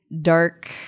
dark